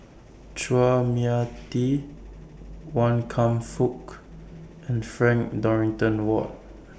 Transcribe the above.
Chua Mia Tee Wan Kam Fook and Frank Dorrington Ward